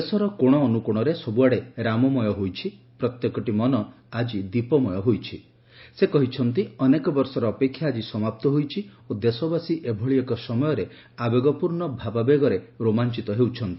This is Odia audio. ଦେଶର କୋଶ ଅନୁକୋଶରେ ସବୁଆଡେ ରାମମୟ ହୋଇଛି ପ୍ରତ୍ୟେକଟି ମନ ଆକି ଦୀପମୟ ହୋଇଛି ସେ କହିଛନ୍ତି ଅନେକ ବର୍ଷର ଅପେକ୍ଷା ଆଜି ସମାପ୍ତ ହୋଇଛି ଓ ଦେଶବାସୀ ଏଭଳି ଏକ ସମୟରେ ଆବେଗପ୍ରର୍ଷ୍ ଭାବାବେଗରେ ରୋମାଞିତ ହେଉଛନ୍ତି